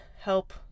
help